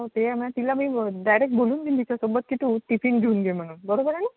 हो ते मग तिला मी डायरेक् बोलून देईल हिच्यासोबत की तू टिफिन घेऊन घे म्हणून बरोबर आहे ना